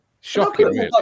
Shocking